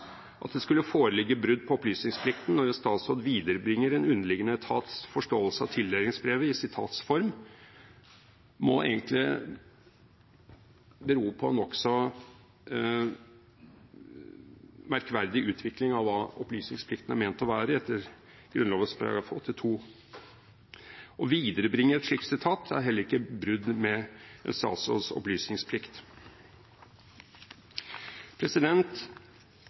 At det skulle foreligge brudd på opplysningsplikten når en statsråd viderebringer en underliggende etats forståelse av tildelingsbrevet i sitats form, må egentlig bero på en nokså merkverdig utvikling av hva opplysningsplikten er ment å være etter Grunnloven § 82. Å viderebringe et slikt sitat er heller ikke et brudd med en statsråds opplysningsplikt.